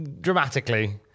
dramatically